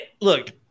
look